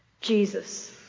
Jesus